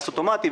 טייס אוטומטי,